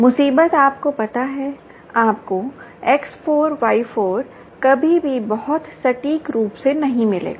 मुसीबत आपको पता है आपको X4 Y4 कभी भी बहुत सटीक रूप से नहीं मिलेगा